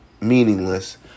meaningless